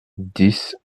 dix